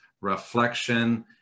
reflection